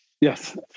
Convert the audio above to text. Yes